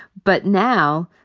but now,